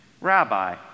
Rabbi